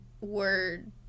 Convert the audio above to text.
word